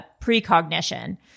precognition